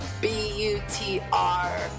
B-U-T-R